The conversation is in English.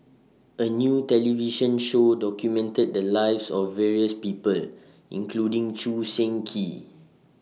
A New television Show documented The Lives of various People including Choo Seng Quee